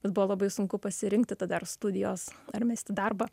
bet buvo labai sunku pasirinkti tada ar studijos ar mesti darbą